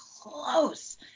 close